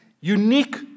unique